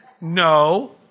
No